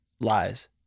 lies